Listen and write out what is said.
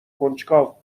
کنجکاو